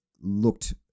looked